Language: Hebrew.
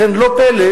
לכן לא פלא,